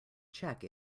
check